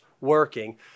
working